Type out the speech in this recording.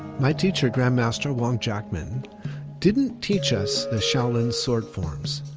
my teacher grandmaster wong jackman didn't teach us that shaolin sword forms.